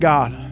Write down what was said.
God